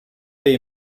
they